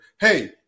hey